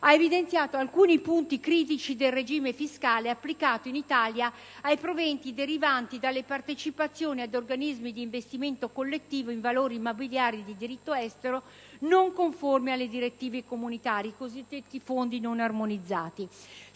ha evidenziato alcuni punti critici del regime fiscale applicato in Italia ai proventi derivanti dalle partecipazioni ad organismi di investimento collettivo in valori mobiliari di diritto estero non conformi alle direttive comunitarie (i cosiddetti fondi non armonizzati).